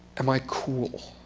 am i cool?